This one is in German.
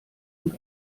und